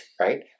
right